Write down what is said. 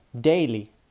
daily